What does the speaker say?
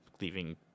leaving